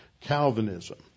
Calvinism